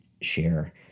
share